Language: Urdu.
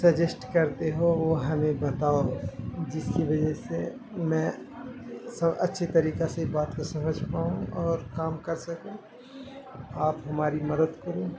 سجیسٹ کرتے ہو وہ ہمیں بتاؤ جس کی وجہ سے میں سب اچھی طریقہ سے بات کو سمجھ پاؤں اور کام کر سکوں آپ ہماری مدد کریں